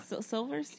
silver